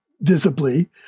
visibly